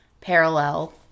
parallel